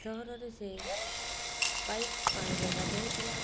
ସହରର ସେ ପାଇପ୍ ପାଣିରେ ଗାଧୋଉଥିଲା